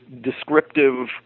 descriptive